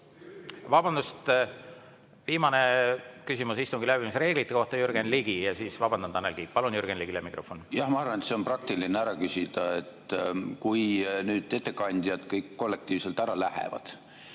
Vabandust! Viimane küsimus istungi läbiviimise reeglite kohta, Jürgen Ligi. Vabandan, Tanel Kiik! Palun Jürgen Ligile mikrofon. Jah, ma arvan, et on praktiline ära küsida. Kui nüüd kõik ettekandjad kollektiivselt ära lähevad